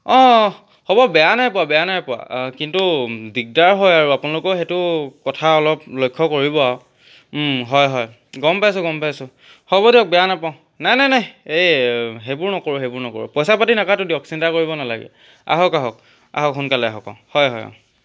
অঁ হ'ব বেয়া নাই পোৱা বেয়া নাইপোৱা কিন্তু দিগদাৰ হয় আও আপোনালোকেও সেইটো কথা অলপ লক্ষ্য কৰিব আও হয় হয় গম পাইছোঁ গম পাইছোঁ হ'ব দিয়ক বেয়া নেপাও নাই নাই নাই এই সেইবোৰ নকৰোঁ সেইবোৰ নকৰোঁ পইচা পাতি নাকাটোঁ দিয়ক চিন্তা কৰিব নালাগে আহক আহক আহক সোনকালে আহক অঁ হয় হয়